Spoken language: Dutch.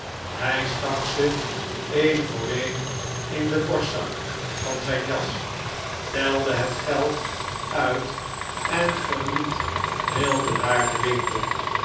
hij stak ze een voor een in den borstzak van zjjn jas telde het geld uit en verliet heel bedaard den winkel